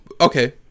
okay